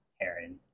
heron